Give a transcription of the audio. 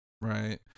Right